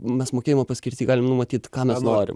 mes mokėjimo paskirty galim numatyt ką mes norim